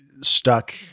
stuck